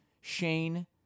SHANE